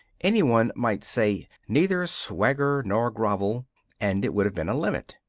any one might say, neither swagger nor grovel and it would have been a limit.